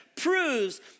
proves